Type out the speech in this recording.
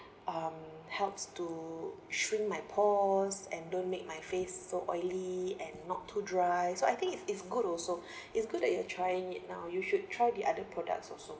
um helps to shrink my pores and don't make my face so oily and not too dry so I think it's it's good also it's good that you are trying it now you should try the other products also